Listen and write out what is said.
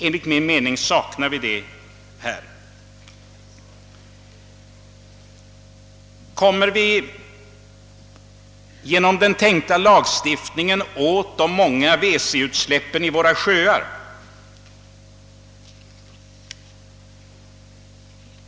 Enligt min mening saknar vi sådana resurser på detta område. Kommer vi genom den tänkta lagstiftningen åt de många wc-utsläppen i våra sjöar?